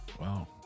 wow